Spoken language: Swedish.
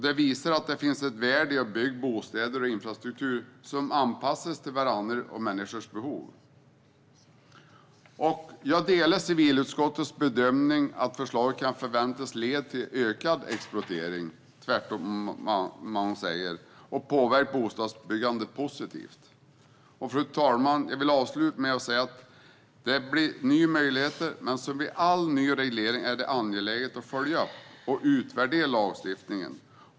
Det visar att det finns ett värde i att bygga bostäder och infrastruktur som anpassas till varandra och till människors behov. Jag delar civilutskottets bedömning att förslaget kan förväntas leda till ökad exploatering och påverka bostadsbyggandet positivt. Fru talman! Jag vill avsluta med att säga att det blir nya möjligheter, men som vid all ny reglering är det angeläget att följa upp och utvärdera lagstiftningen.